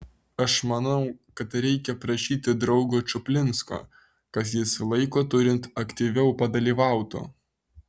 aš manau kad reikia prašyti draugo čuplinsko kad jis laiko turint aktyviau padalyvautų